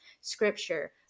scripture